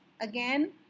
again